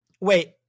Wait